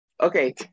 Okay